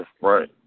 right